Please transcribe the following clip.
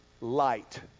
light